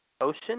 ocean